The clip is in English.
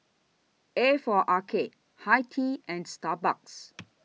A For Arcade Hi Tea and Starbucks